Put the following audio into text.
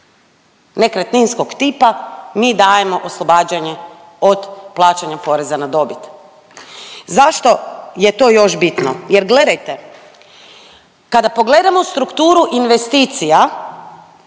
nekretninskog tipa mi dajemo oslobađanje od plaćanja poreza na dobit. Zašto je to još bitno? Jer gledajte kada pogledamo strukturu investicija,